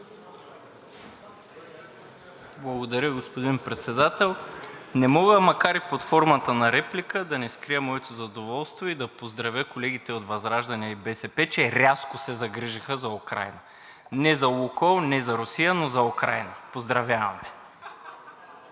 Благодаря, господин Председател. Не мога, макар и под формата на реплика, да не скрия моето задоволство и да поздравя колегите от ВЪЗРАЖДАНЕ и БСП, че рязко се загрижиха за Украйна – не за „Лукойл“, не за Русия, но за Украйна! Поздравявам